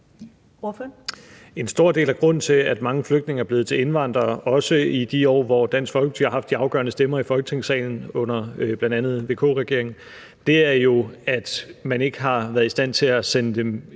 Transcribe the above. En stor del af grunden til, at mange flygtninge er blevet til indvandrere, også i de år, hvor Dansk Folkeparti havde de afgørende stemmer i Folketingssalen, bl.a. under en VK-regering, er jo, at man ikke har været i stand til at sende dem